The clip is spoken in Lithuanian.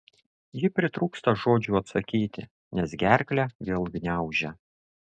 ji pritrūksta žodžių atsakyti nes gerklę vėl gniaužia